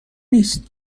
نیست